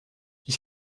ich